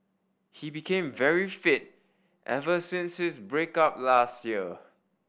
he became very fit ever since his break up last year